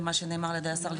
על מה שנאמר על ידי השר,